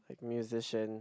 like Musician